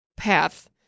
path